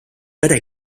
pere